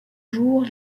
jour